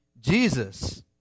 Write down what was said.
Jesus